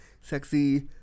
sexy